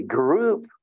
group